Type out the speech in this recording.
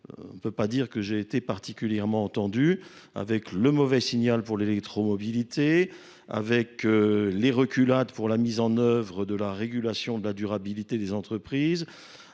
On ne peut pas dire que j’aie été entendu, si l’on en juge par le mauvais signal envoyé à l’électromobilité, les reculades pour la mise en œuvre de la régulation de la durabilité des entreprises,